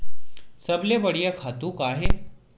सबले बढ़िया खातु का हे?